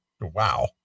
wow